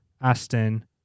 Aston